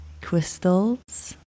crystals